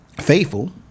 faithful